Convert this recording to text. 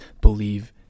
believe